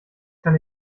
kann